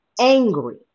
angry